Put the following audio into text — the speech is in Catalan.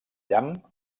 llamp